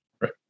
Right